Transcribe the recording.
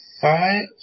Five